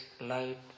light